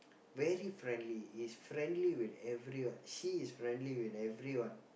very friendly he's friendly with everyone she is friendly with everyone